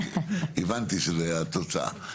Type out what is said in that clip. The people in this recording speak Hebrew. הבנתי שזו הייתה התוצאה.